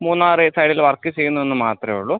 മൂന്നാറ് സൈഡില് വർക്ക് ചെയ്യുന്നെന്ന് മാത്രമെ ഉള്ളു